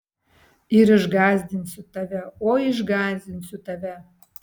ir išgąsdinsiu tave oi išgąsdinsiu tave